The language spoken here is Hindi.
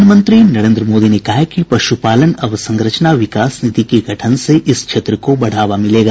प्रधानमंत्री नरेंद्र मोदी ने कहा है कि पशुपालन अवसंरचना विकास निधि के गठन से इस क्षेत्र को बढ़ावा मिलेगा